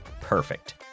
Perfect